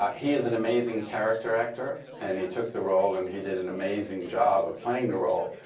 um he is an amazing character actor. and he took the role, and he did an amazing job of playing the role.